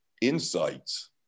insights